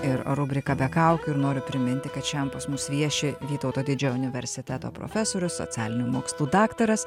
ir rubrika be kaukių ir noriu priminti kad šiandien pas mus vieši vytauto didžiojo universiteto profesorius socialinių mokslų daktaras